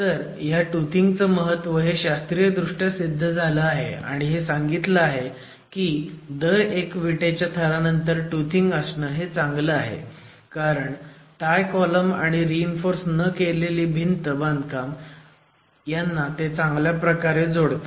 तर ह्या टूथिंग चं महत्व हे शास्त्रीयदृष्ट्या सिद्ध झालं आहे आणि हे सांगितलं गेलं आहे की दर एक विटेच्या थरानंतर टूथिंग असणं हे चांगलं आहे कारण टाय कॉलम आणि रीइन्फोर्स न केलेलं भिंत बांधकाम यांना ते चांगल्या प्रकारे जोडतं